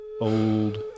old